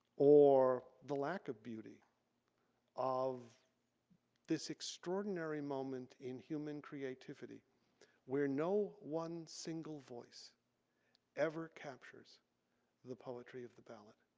or the lack of beauty of this extraordinary moment in human creativity where no one single voice ever captures the poetry of the ballad.